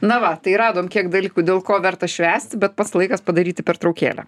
na va tai radom kiek dalykų dėl ko verta švęsti bet pats laikas padaryti pertraukėlę